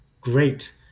great